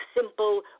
simple